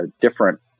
different